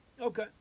Okay